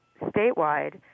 statewide